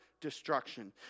destruction